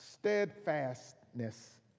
steadfastness